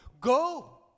Go